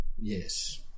Yes